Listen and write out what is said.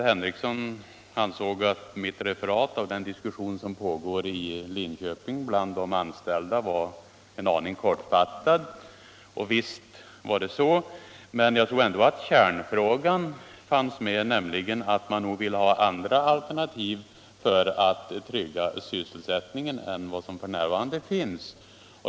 Herr talman! Mitt referat av den diskussion som pågår i Linköping bland de anställda var, ansåg herr Henrikson, en aning kortfattat. Visst var det så. Jag tror ändå att kärnfrågan fanns med, nämligen att man - Nr 68 viil ha andra alternativ för att trygga sysselsättningen än vad som f. n. Onsdagen den finns.